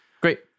Great